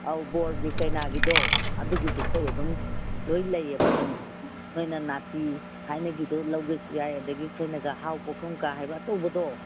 ꯑꯧ ꯕꯣꯔꯒꯤ ꯀꯩꯅꯥꯒꯤꯗꯣ ꯑꯗꯨꯒꯤꯁꯨ ꯑꯩꯈꯣꯏ ꯑꯗꯨꯝ ꯂꯣꯏ ꯂꯩꯌꯦꯕ ꯑꯗꯨꯝ ꯅꯣꯏꯅ ꯅꯥꯐꯤ ꯊꯥꯏꯅꯒꯤꯗꯣ ꯂꯧꯒꯦꯁꯨ ꯌꯥꯏ ꯑꯗꯒꯤ ꯑꯩꯈꯣꯏꯅꯒ ꯍꯥꯎ ꯄꯨꯈꯝꯒ ꯍꯥꯏꯕ ꯑꯆꯧꯕꯗꯣ